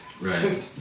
Right